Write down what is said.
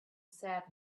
sad